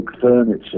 furniture